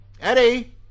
Eddie